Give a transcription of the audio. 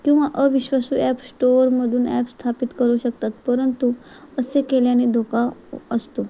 किंवा अविश्वासू ॲप स्टोअरमधून ॲप स्थापित करू शकतात परंतु असे केल्याने धोका असतो